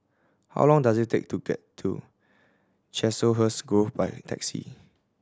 how long does it take to get to Chiselhurst Grove by taxi